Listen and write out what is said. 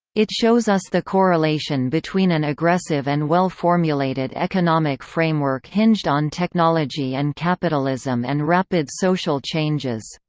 it shows us the correlation between an aggressive and well formulated economic framework hinged on technology and capitalism and rapid social changes.